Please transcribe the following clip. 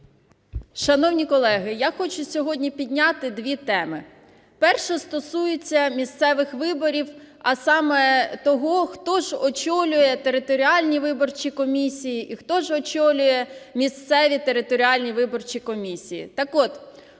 Шановні колеги, я хочу сьогодні підняти дві теми. Перша – стосується місцевих виборів, а саме того, хто ж очолює територіальні виборчі комісії і хто ж очолює місцеві територіальні виборчі комісії.